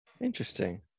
interesting